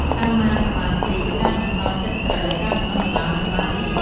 សម្មាសមាធិ ការតម្កល់ចិត្តត្រូវ ការបណ្ដុះបណ្ដាលសមាធិ។